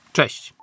Cześć